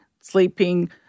sleeping